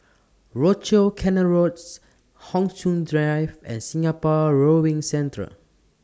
Rochor Canal Roads Hon Sui Sen Drive and Singapore Rowing Centre